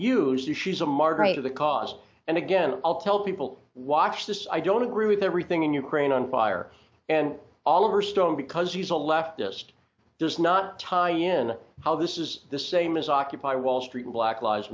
used is she's a margrave of the cause and again i'll tell people watch this i don't agree with everything in ukraine on fire and all over stone because he's a leftist does not tie in how this is the same as occupy wall street in black lives